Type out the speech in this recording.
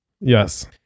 Yes